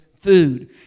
Food